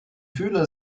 fühler